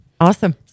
Awesome